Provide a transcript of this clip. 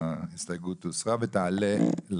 הצבעה ההסתייגות לא נתקבלה ההסתייגות הוסרה ותעלה למליאה.